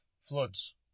floods